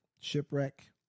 Shipwreck